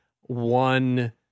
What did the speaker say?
one